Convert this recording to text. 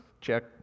Check